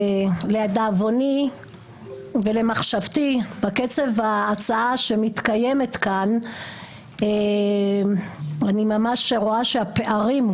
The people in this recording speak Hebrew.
ולדאבוני ולמחשבתי בקצב ההצעה שמתקיים כאן אני ממש רואה את הפערים,